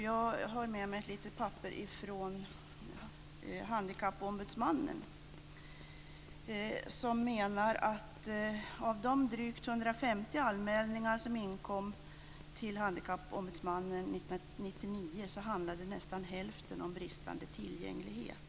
Jag har med mig ett litet papper från Handikappombudsmannen. Av de drygt 150 anmälningar som inkom till Handikappombudsmannen 1999 handlade nästan hälften om bristande tillgänglighet.